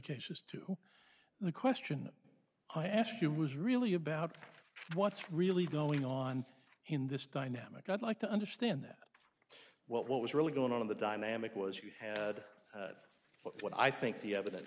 cases to the question i asked you was really about what's really going on in this dynamic i'd like to understand that well what was really going on in the dynamic was you had what i think the evidence